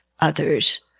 others